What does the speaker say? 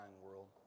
world